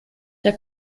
der